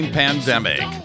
pandemic